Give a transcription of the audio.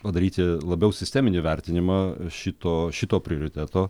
padaryti labiau sisteminį vertinimą šito šito prioriteto